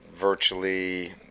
Virtually